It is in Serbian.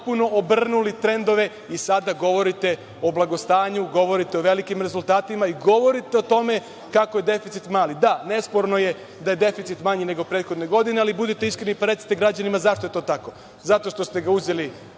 potpuno obrnuli trendove i sada govorite o blagostanju, govorite o velikim rezultatima i govorite o tome kako je deficit mali. Da, nesporno je da je deficit manji nego prethodne godine, ali budite iskreni pa recite građanima zašto je to tako? Zato što ste sredstva uzeli